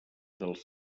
dels